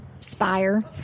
spire